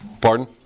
Pardon